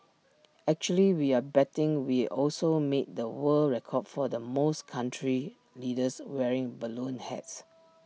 actually we're betting we also made the world record for the most country leaders wearing balloon hats